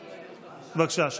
בבקשה,